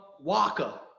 Waka